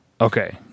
Okay